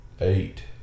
eight